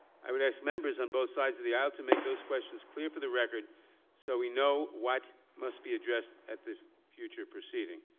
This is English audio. i would ask members of and both sides of the aisle to make those questions clear for the record so we know what must be addressed at this future proceeding.